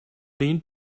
need